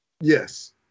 Yes